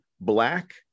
Black